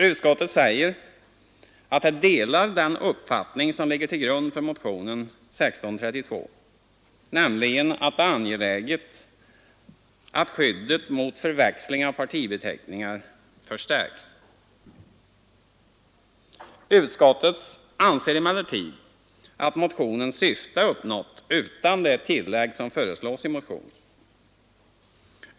Utskottet säger att det delar den uppfattning som ligger till grund för motionen 1974:1632, nämligen att det är angeläget att skyddet mot förväxling av partibeteckningar förstärks. Utskottet anser emellertid att motionens syfte är uppnått utan det tillägg som föreslås i motionen.